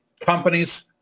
companies